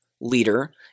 Leader